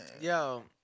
Yo